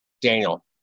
Daniel